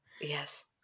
Yes